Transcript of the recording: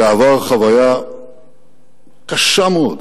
שעבר חוויה קשה מאוד